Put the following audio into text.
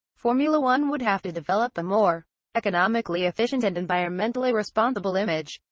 formula one would have to develop a more economically efficient and environmentally responsible image.